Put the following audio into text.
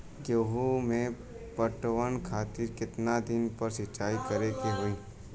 गेहूं में पटवन खातिर केतना दिन पर सिंचाई करें के होई?